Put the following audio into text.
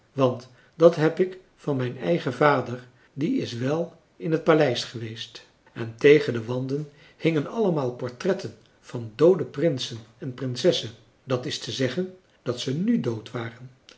want dat heb ik van mijn eigen vader die is wel in het paleis geweest en tegen de wanden hingen allemaal portretten van doode prinsen en prinsessen dat is te zeggen dat ze nù dood waren